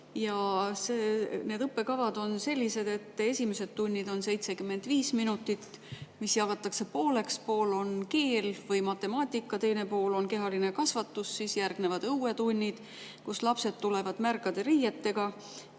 Need õppekavad on sellised, et esimesed tunnid on 75 minutit, mis jagatakse pooleks: esimene pool on keel või matemaatika, teine pool on kehaline kasvatus; siis järgnevad õuetunnid, kust lapsed tulevad märgade riietega.